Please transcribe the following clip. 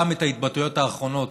גם את ההתבטאויות האחרונות